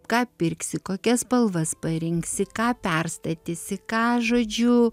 ką pirksi kokias spalvas parinksi ką perstatysi ką žodžiu